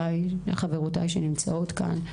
חברותיי הנמצאות כאן,